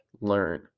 learn